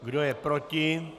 Kdo je proti?